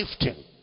lifting